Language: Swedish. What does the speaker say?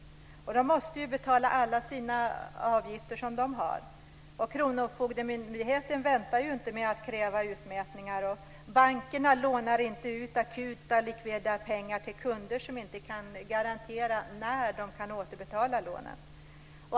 De måste ju betala alla avgifter, och kronofogdemyndigheten väntar inte med att kräva utmätningar och bankerna lånar inte ut akuta likvida pengar till kunder som inte kan garantera när de kan återbetala lånen.